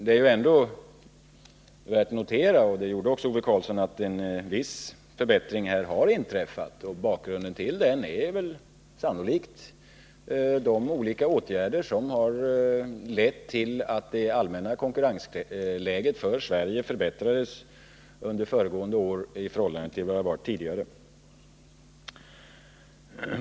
Det är ändå värt att notera — och det gjorde också Ove Karlsson — att en viss förbättring har inträtt. Bakgrunden till denna är sannolikt de olika åtgärder som ledde till att det allmänna konkurrensläget för Sverige förbättrades under föregående år i förhållande till vad som varit fallet tidigare.